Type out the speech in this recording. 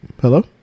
hello